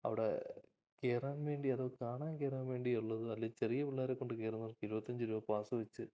അവിടെ കയറാൻ വേണ്ടി അതോ കാണാൻ കയറാൻ വേണ്ടി ഉള്ളതോ അല്ലെങ്കില് ചെറിയ പിള്ളാരെക്കൊണ്ട് കയറുന്നർക്ക് ഇരുപത്തിയഞ്ച് രൂപ പാസ് വച്ച്